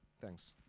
Thanks